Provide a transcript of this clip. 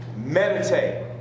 Meditate